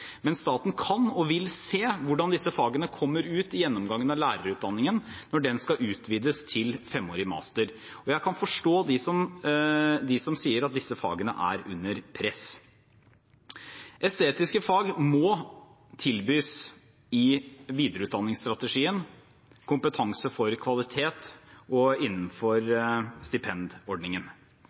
vil se hvordan disse fagene kommer ut i gjennomgangen av lærerutdanningen, når den skal utvides til femårig master. Jeg kan forstå dem som sier at disse fagene er under press. Estetiske fag må tilbys i videreutdanningsstrategien Kompetanse for kvalitet og innenfor stipendordningen.